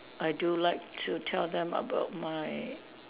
I do like to tell them about my